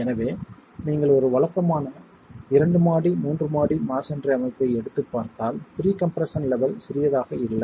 எனவே நீங்கள் ஒரு வழக்கமான 2 மாடி 3 மாடி மஸோன்றி அமைப்பை எடுத்து பார்த்தால் ப்ரீ கம்ப்ரெஸ்ஸன் லெவல் சிறியதாக இல்லை